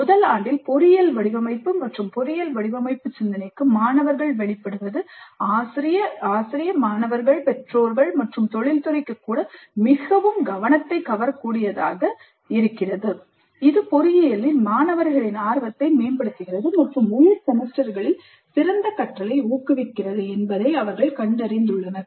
முதல் ஆண்டில் பொறியியல் வடிவமைப்பு மற்றும் பொறியியல் வடிவமைப்பு சிந்தனைக்கு மாணவர்கள் வெளிப்படுவது ஆசிரியர்கள் மாணவர்கள் பெற்றோர்கள் மற்றும் தொழில்துறைக்கு கூட மிகவும் கவனத்தைக் கவரக் கூடியதாக இருக்கிறது இது பொறியியலில் மாணவர் ஆர்வத்தை மேம்படுத்துகிறது மற்றும் உயர் செமஸ்டர்களில் சிறந்த கற்றலை ஊக்குவிக்கிறது என்பதை அவர்கள் கண்டறிந்துள்ளனர்